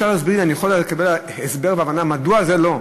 אני יכול לקבל הסבר והבנה מדוע זה לא,